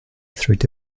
through